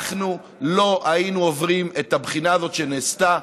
אנחנו לא היינו עוברים את הבחינה הזאת שנעשתה.